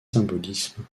symbolisme